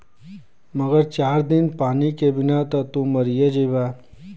मगर चार दिन पानी के बिना त तू मरिए जइबा